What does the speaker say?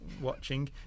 watching